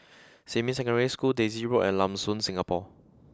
Xinmin Secondary School Daisy Road and Lam Soon Singapore